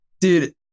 dude